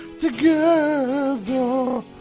together